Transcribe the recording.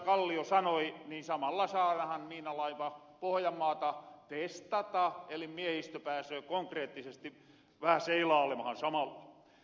kallio sanoi samalla saadahan miinalaiva pohojanmaata testata eli miehistö pääsöö konkreettisesti vähä seilaalemahan samalla